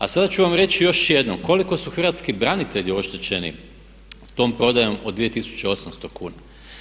A sada ću vam reći još jednom koliko su hrvatski branitelji oštećeni sa tom prodajom od 2800 kuna.